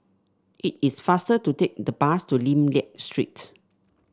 it is faster to take the bus to Lim Liak Street